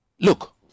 Look